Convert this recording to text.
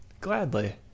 Gladly